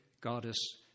goddess